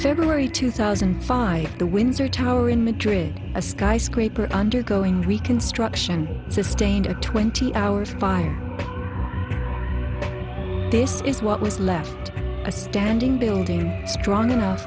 conservatory two thousand and five the windsor tower in madrid a skyscraper undergoing reconstruction sustained a twenty hour fire this is what was left a standing building strong enough